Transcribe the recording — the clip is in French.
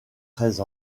treize